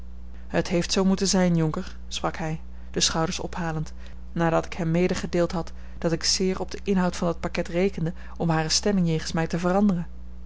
het heeft zoo moeten zijn jonker sprak hij de schouders ophalend nadat ik hem medegedeeld had dat ik zeer op den inhoud van dat pakket rekende om hare stemming jegens mij te veranderen